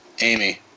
Amy